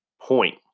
point